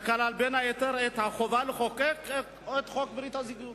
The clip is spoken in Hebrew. שכלל בין היתר את החובה לחוקק את חוק ברית הזוגיות.